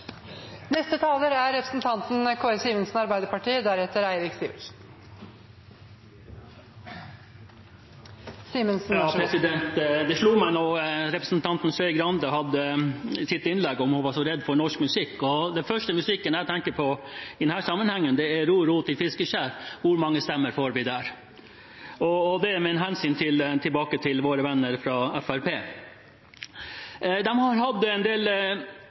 Det slo meg da representanten Skei Grande hadde sitt innlegg og sa hun var redd for norsk musikk: Den musikken jeg først tenker på i denne sammenheng, er «Ro, ro til fiskeskjær, hvor mange stemmer får vi der?» – med hensyn til våre venner fra Fremskrittspartiet. De har hatt en del